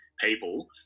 people